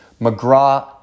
McGrath